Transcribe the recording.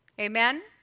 Amen